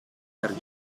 per